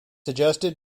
adjusted